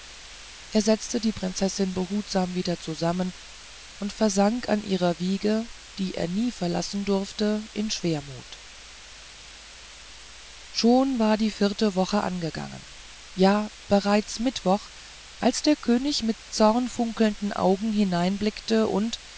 er setzte die prinzessin behutsam wieder zusammen und versank an ihrer wiege die er nie verlassen durfte in schwermut schon war die vierte woche angegangen ja bereits mittwoch als der könig mit zornfunkelnden augen hineinblickte und